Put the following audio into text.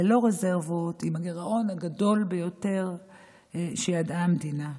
ללא רזרבות, עם הגירעון הגדול ביותר שידעה המדינה.